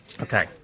Okay